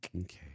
okay